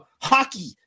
Hockey